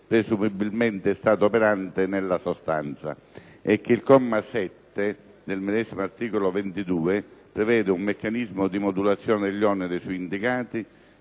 presumibilmente stata operante nella sostanza; e che il comma 7 del medesimo articolo 22 prevede un meccanismo di modulazione degli oneri suindicati,